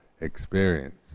experience